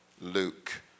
Luke